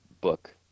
book